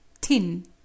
tin